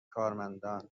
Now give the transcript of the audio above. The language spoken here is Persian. کارمندان